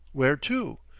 where to?